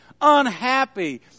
unhappy